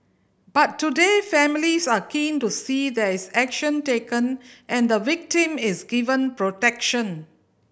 but today families are keen to see there is action taken and the victim is given protection